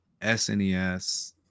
SNES